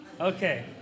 Okay